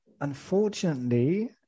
unfortunately